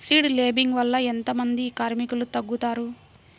Seed లేంబింగ్ వల్ల ఎంత మంది కార్మికులు తగ్గుతారు?